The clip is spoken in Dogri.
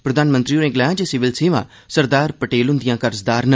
प्रधानमंत्री होरें गलाया जे सिविल सेवा सरदार पटेल हुंदियां कर्जदार न